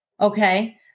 Okay